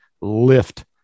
lift